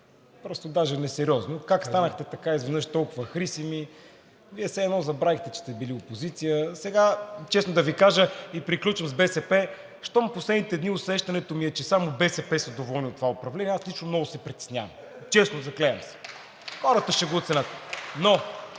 просто е несериозно. Как станахте така изведнъж толкова хрисими? Вие все едно забравихте, че сте били опозиция. Честно да Ви кажа, и приключвам с БСП, щом последните дни усещането ми е, че само БСП са доволни от това управление, аз лично много се притеснявам – честно, заклевам се. Хората ще го оценят. Но